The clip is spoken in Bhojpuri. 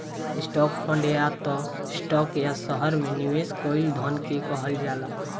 स्टॉक फंड या त स्टॉक या शहर में निवेश कईल धन के कहल जाला